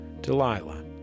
Delilah